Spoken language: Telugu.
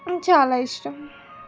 చాలా ఇష్టం